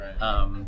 right